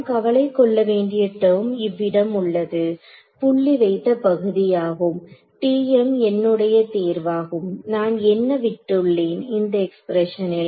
நாம் கவலை கொள்ள வேண்டிய டெர்ம் இவ்விடம் உள்ளது புள்ளி வைத்த பகுதி ஆகும் TM என்னுடைய தேர்வாகும் நான் என்ன விட்டுள்ளேன் இந்த எக்ஸ்பிரஷனில்